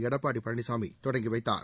எடப்பாடி பழனிச்சாமி தொடங்கி வைத்தார்